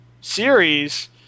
series